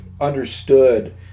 understood